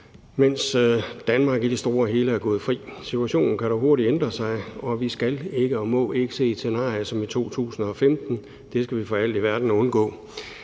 mens Danmark i det store hele er gået fri. Situationen kan dog hurtigt ændre sig, og vi skal og må ikke se et scenarie som i 2015. Det skal vi for alt i verden undgå.